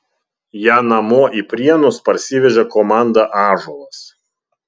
ją namo į prienus parsivežė komanda ąžuolas